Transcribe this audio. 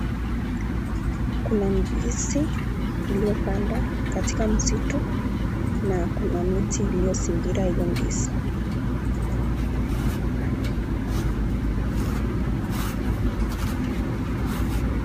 Kuna ndizi iliyopanda katika msitu na kuna miti iliyozingira hiyo ndizi.